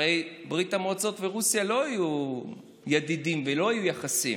הרי ברית המועצות וישראל לא היו ידידות ולא היו יחסים.